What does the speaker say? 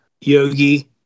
Yogi